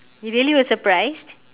you really was surprised